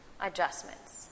adjustments